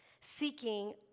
seeking